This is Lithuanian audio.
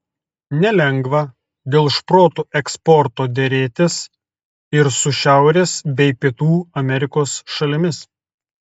nelengva dėl šprotų eksporto derėtis ir su šiaurės bei pietų amerikos šalimis